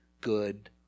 good